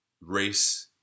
race